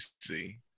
see